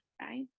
right